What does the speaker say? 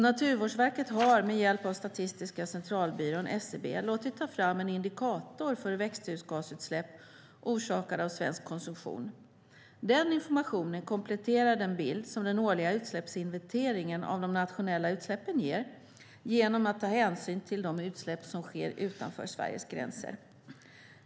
Naturvårdsverket har med hjälp av Statistiska centralbyrån, SCB, låtit ta fram en indikator för växthusgasutsläpp orsakade av svensk konsumtion. Den informationen kompletterar den bild som den årliga utsläppsinventeringen av de nationella utsläppen ger, genom att ta hänsyn till de utsläpp som sker utanför Sveriges gränser.